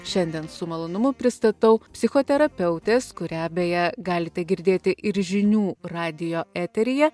šiandien su malonumu pristatau psichoterapeutės kurią beje galite girdėti ir žinių radijo eteryje